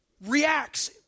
reacts